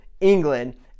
England